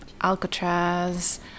Alcatraz